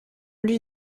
lui